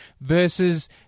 Versus